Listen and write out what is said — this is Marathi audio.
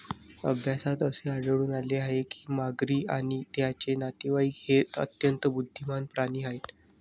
अभ्यासात असे आढळून आले आहे की मगरी आणि त्यांचे नातेवाईक हे अत्यंत बुद्धिमान प्राणी आहेत